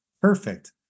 perfect